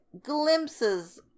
glimpses